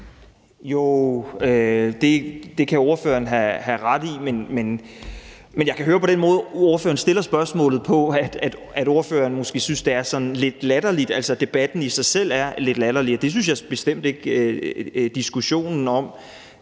Jo, det kan ordføreren have ret i, men jeg kan høre på den måde, ordføreren stiller spørgsmålet på, at ordføreren måske synes, at det er sådan lidt latterligt, altså at debatten i sig selv er lidt latterlig, og det synes jeg bestemt ikke den er. Diskussionen om